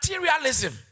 materialism